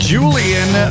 Julian